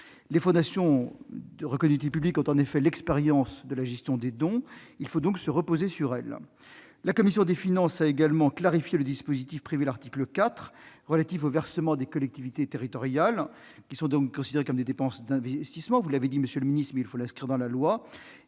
Les fondations reconnues d'utilité publique ayant l'expérience de la gestion des dons, il faut se reposer sur elles. La commission des finances a également clarifié le dispositif prévu à l'article 4 relatif aux versements des collectivités territoriales, en précisant que ceux-ci devraient être considérés comme des dépenses d'investissement. Vous l'avez dit, monsieur le ministre, mais il faut l'inscrire dans la loi.